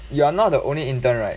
you're not the only intern right